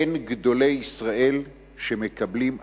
אין גדולי ישראל שמקבלים אפליה.